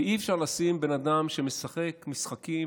ואי-אפשר לשים בן אדם שמשחק משחקים,